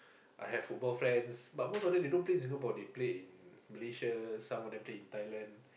I have football friends but most of them they don't play in Singapore they play in Malaysia some of them play in Thailand